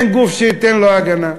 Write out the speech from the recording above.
אין גוף שייתן לו הגנה.